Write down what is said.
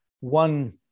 one